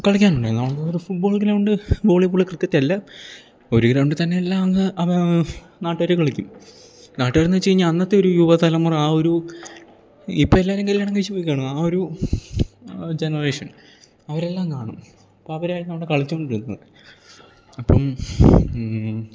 കളിക്കാനുണ്ടായിരുന്നു football ground volleyball cricket എല്ലാം ഒരേ ഗ്രൗണ്ടിൽ തന്നെ എല്ലാം അന്ന് നാട്ടുകാർ കളിക്കും നാട്ടുകാർ എന്ന് വെച്ച് കഴിഞ്ഞാൽ അന്നത്തെ ഒരു യുവതലമുറ ആ ഒരു ഇപ്പം എല്ലാവരും കല്യാണം കഴിച്ച് പോയിക്കാണും ആ ഒരു ആ ജനറേഷൻ അവരെല്ലാം കാണും അപ്പം അവരായിരുന്നു അവിടെ കളിച്ചുകൊണ്ടിരുന്നത് അപ്പം